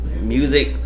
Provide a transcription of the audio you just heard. music